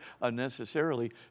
unnecessarily